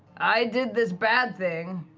i did this bad thing.